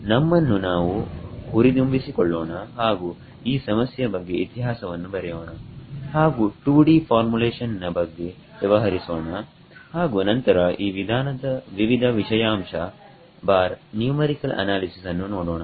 ನಮ್ಮನ್ನು ನಾವು ಹುರಿದುಂಬಿಸಿಕೊಳ್ಳೋಣ ಹಾಗು ಈ ಸಮಸ್ಯೆಯ ಬಗ್ಗೆ ಇತಿಹಾಸವನ್ನು ಬರೆಯೋಣ ಹಾಗು 2D ಫಾರ್ಮುಲೇಶನ್ ನ ಬಗ್ಗೆ ವ್ಯವಹರಿಸೋಣ ಹಾಗು ನಂತರ ಈ ವಿಧಾನದ ವಿವಿಧ ವಿಷಯಾಂಶನ್ಯುಮರಿಕಲ್ ಅನಾಲಿಸಿಸ್ ಅನ್ನು ನೋಡೋಣ